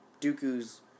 Dooku's